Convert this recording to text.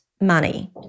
money